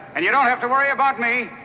and you don't have to worry about me,